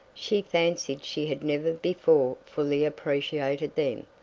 she fancied she had never before fully appreciated them.